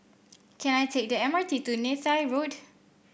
can I take the M R T to Neythai Road